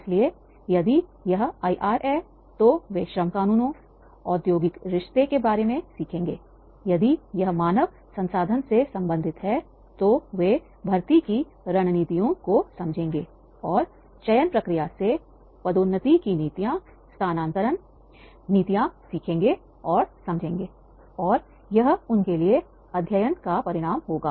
इसलिए यदि यह आईआर है तो वे श्रम कानूनों औद्योगिक रिश्ते के बारे में सीखते हैं यदि यह मानव संसाधन से संबंधित है तो वे भर्ती की रणनीतियों को समझेंगे और चयन प्रक्रिया से पदोन्नति की नीतियां सीखेंगे और समझेंग और यह उनके लिए अध्ययन का परिणाम होगा